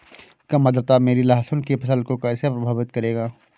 कम आर्द्रता मेरी लहसुन की फसल को कैसे प्रभावित करेगा?